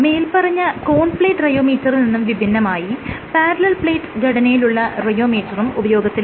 മേല്പറഞ്ഞ cone plate റിയോമീറ്ററിൽ നിന്നും വിഭിന്നമായി പാരലൽ പ്ലേറ്റ് ഘടനയിലുള്ള റിയോമീറ്ററും ഉപയോഗത്തിലുണ്ട്